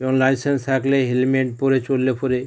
যেমন লাইসেন্স থাকলে হেলমেট পরে চললে পরে